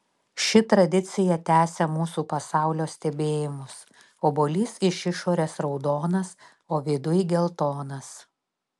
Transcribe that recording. ši tradicija tęsia mūsų pasaulio stebėjimus obuolys iš išorės raudonas o viduj geltonas